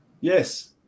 Yes